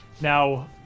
Now